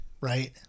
Right